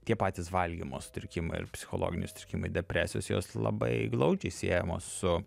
tie patys valgymo sutrikimai ir psichologiniai sutrikimai depresijos jos labai glaudžiai siejamos su